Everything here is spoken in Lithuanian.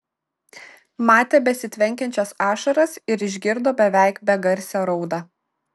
matė besitvenkiančias ašaras ir išgirdo beveik begarsę raudą